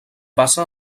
basa